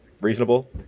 reasonable